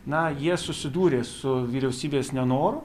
na jie susidūrė su vyriausybės nenoru